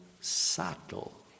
subtle